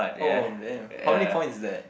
oh man how many points is that